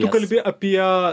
tu kalbi apie